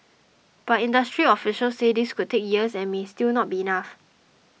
but industry officials say this could take years and may still not be enough